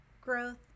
growth